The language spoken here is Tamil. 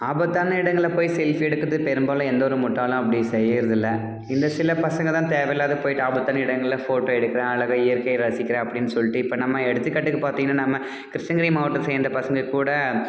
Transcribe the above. ஆபத்தான இடங்கள்ல போய் செல்ஃபி எடுக்கிறது பெரும்பாலும் எந்த ஒரு முட்டாளும் அப்படி செய்கிறது இல்லை இந்த சில பசங்க தான் தேவையில்லாம போய்ட்டு ஆபத்தான இடங்கள்ல ஃபோட்டோ எடுக்கிறேன் அல்லது இயற்கையை ரசிக்கிறேன் அப்படின்னு சொல்லிட்டு இப்போ நம்ம எடுத்துக்காட்டுக்கு பார்த்தீங்கன்னா நம்ம கிருஷ்ணகிரி மாவட்டம் சேர்ந்த பசங்க கூட